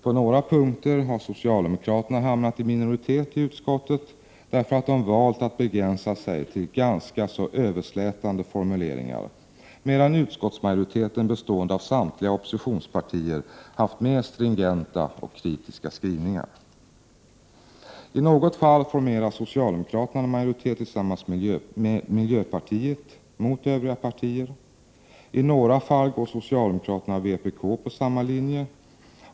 På några punkter har socialdemokraterna hamnat i minoritet i utskottet därför att de valt att begränsa sig till ganska så överslätande formuleringar, medan utskottsmajoriteten, bestående av samtliga oppositionspartier, haft mer stringenta och kritiska skrivningar. I något fall formerar socialdemokraterna en majoritet tillsammans med miljöpartiet mot övriga partier. I några fall går socialdemokraterna och vpk på samma linje.